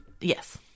yes